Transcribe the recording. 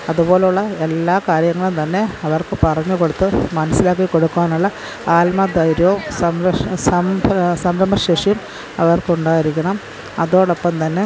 അതുപോലുള്ള എല്ലാ കാര്യങ്ങളും തന്നെ അവര്ക്ക് പറഞ്ഞ് കൊടുത്ത് മനസ്സിലാക്കി കൊടുക്കുവാനുള്ള ആത്മധൈര്യവും സംരക്ഷണ സംരംഭ ശേഷിയും അവര്ക്കുണ്ടായിരിക്കണം അതോടൊപ്പം തന്നെ